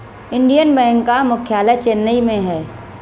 Indian bank का मुख्यालय चेन्नई में है